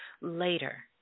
later